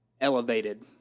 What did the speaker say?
elevated